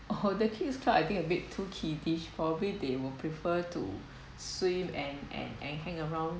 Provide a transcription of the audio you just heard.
oh the kids is twelve I think a bit too kiddy probably they will prefer to swim and and and hang around